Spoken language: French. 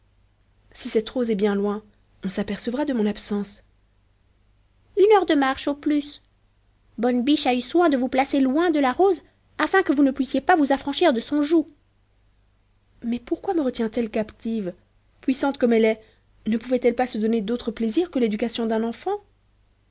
si cette rose est bien loin on s'apercevra de mon absence une heure de marche au plus bonne biche a eu soin de vous placer loin de la rose afin que vous ne puissiez pas vous affranchir de son joug mais pourquoi me retient elle captive puissante comme elle est ne pouvait-elle se donner d'autres plaisirs que l'éducation d'un enfant